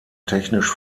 technisch